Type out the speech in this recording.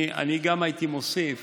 אני הייתי גם מוסיף